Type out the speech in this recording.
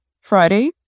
Friday